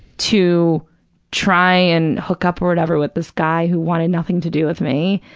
to try and hook up or whatever with this guy who wanted nothing to do with me.